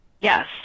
Yes